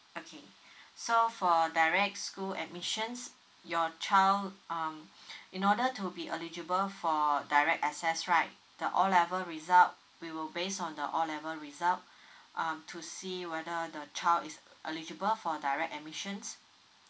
okay so for direct school admissions your child um in order to be eligible for direct access right the O level result we will based on the O level result um to see whether the child is eligible for direct admissions